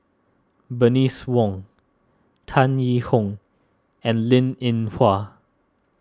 Bernice Wong Tan Yee Hong and Linn in Hua